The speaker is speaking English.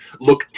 look